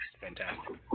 Fantastic